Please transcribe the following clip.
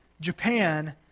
Japan